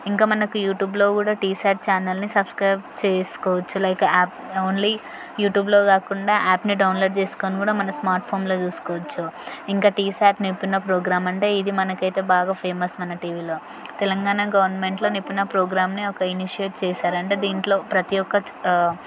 ఇంకా మనకు యూట్యూబ్లో కూడా టీ స్యాట్ ఛానల్ని సబ్స్క్రైబ్ చేసుకోవచ్చు లైక్ యాప్ ఓన్లీ యూట్యూబ్లో కాకుండా యాప్ని డౌన్లోడ్ చేసుకొని కూడా మన స్మార్ట్ఫోన్లో చూసుకోవచ్చు ఇంకా టీ స్యాట్ నిపుణ ప్రోగ్రామ్ అంటే ఇది మనకైతే బాగా ఫేమస్ మన టీవీలో తెలంగాణ గవర్నమెంట్లో నిపుణ ప్రోగ్రాంని ఒక ఇనీషియేట్ చేసారు అంటే దీంట్లో ప్రతి ఒక్క